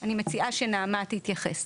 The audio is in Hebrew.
אני מציעה שנעמה תתייחס.